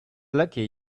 lucky